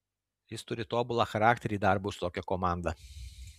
jis turi tobulą charakterį darbui su tokia komanda